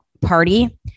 party